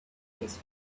his